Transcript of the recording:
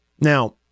Now